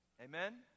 Amen